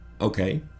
Okay